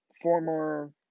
former